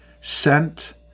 sent